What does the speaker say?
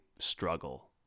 struggle